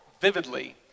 vividly